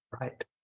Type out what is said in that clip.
Right